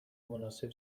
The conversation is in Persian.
مناسب